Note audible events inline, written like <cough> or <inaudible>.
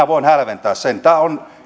<unintelligible> voin hälventää